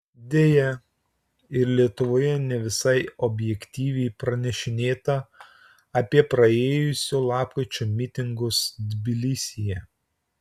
deja ir lietuvoje ne visai objektyviai pranešinėta apie praėjusio lapkričio mitingus tbilisyje